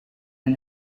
and